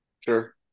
Sure